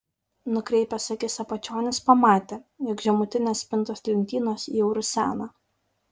nukreipęs akis apačion jis pamatė jog žemutinės spintos lentynos jau rusena